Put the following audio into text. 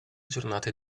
giornate